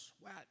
sweat